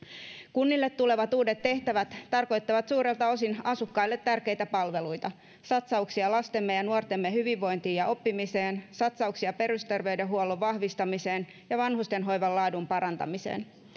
kunnille tulevat uudet tehtävät tarkoittavat suurelta osin asukkaille tärkeitä palveluita satsauksia lastemme ja nuortemme hyvinvointiin ja oppimiseen satsauksia perusterveydenhuollon vahvistamiseen ja vanhustenhoivan laadun parantamiseen